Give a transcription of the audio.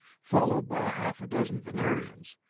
followed by half a dozen venerians,